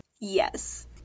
Yes